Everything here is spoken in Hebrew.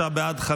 33 בעד.